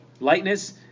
lightness